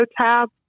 tab